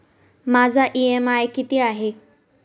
माझा इ.एम.आय किती आहे?